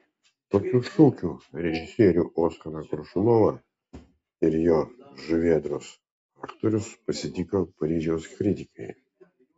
tokiu šūkiu režisierių oskarą koršunovą ir jo žuvėdros aktorius pasitiko paryžiaus kritikai